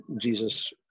Jesus